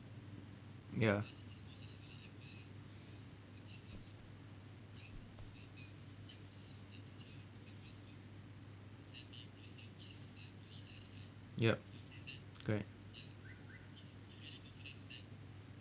ya yup correct